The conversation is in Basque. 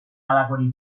halakorik